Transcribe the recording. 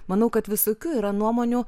manau kad visokių yra nuomonių